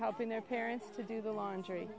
helping their parents to do the laundry